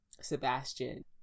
sebastian